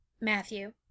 Matthew